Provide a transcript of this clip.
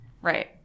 Right